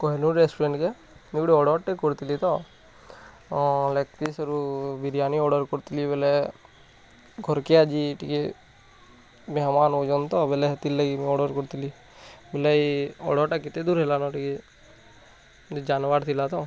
Kohinoor restaurant କେ ମୋର ଗୋଟେ ଅର୍ଡ଼ର୍ଟେ କରିଥିଲି ତ ଲେଗ୍ ପିସ୍ରୁ ବିରିୟାନୀ ଅର୍ଡ଼ର୍ କରି ଥିଲି ବେଲେ ଘରକେ ଆଜି ଟିକେ ମେହମାନ୍ ଆଉଛନ୍ତି ତ ବେଲେ ସେଥିର୍ ଲାଗି ମୁଁ ଅର୍ଡ଼ର୍ କରିଥିଲି ବୋଲେ ଅର୍ଡ଼ର୍ଟା କେତେ ଦୂର ହେଲାନ ଟିକେ ଜାନ୍ବାର୍ ଥିଲା ତ